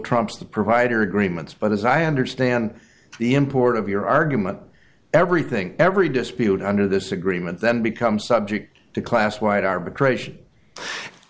trumps the provider agreements but as i understand the import of your argument everything every dispute under this agreement then become subject to class white arbitration